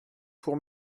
pour